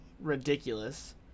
ridiculous